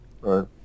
Right